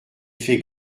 fait